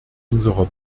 unserer